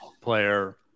player